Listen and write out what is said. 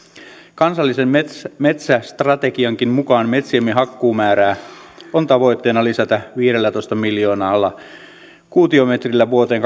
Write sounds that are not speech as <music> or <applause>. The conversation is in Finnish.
kansallisen metsästrategiankin mukaan metsiemme hakkuumäärää on tavoitteena lisätä viidellätoista miljoonalla kuutiometrillä vuoteen <unintelligible>